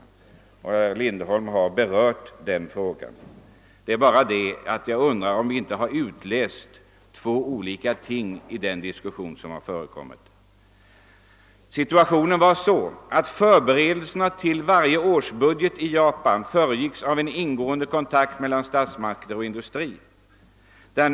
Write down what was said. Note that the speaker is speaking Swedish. Herr Lindholm har berört denna fråga; jag undrar bara om vi inte har utläst två olika ting av våra erfarenheter, att döma av den diskussion som har förekommit. Under vårt besök i Japan fick vi veta att i förberedelserna för varje års budget ingick en nära kontakt mellan statsmakter och industri.